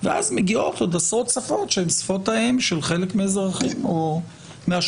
ואז מגיעות עוד עשרות שפות שהן שפות האם של חלק מהאזרחים או מהשוהים.